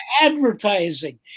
advertising